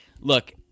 Look